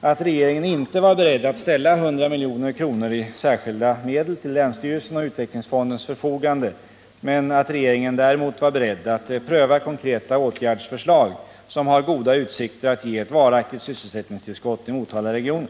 att regeringen 11 stöd för att förbätt inte var beredd att ställa 100 milj.kr. i särskilda medel till länsstyrelsens och utvecklingsfondens förfogande men att regeringen däremot var beredd att pröva konkreta åtgärdsförslag som har goda utsikter att ge ett varaktigt sysselsättningstillskott i Motalaregionen.